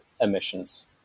emissions